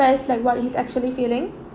~fess like what he's actually feeling